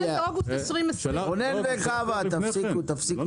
באוגוסט 2020. את לא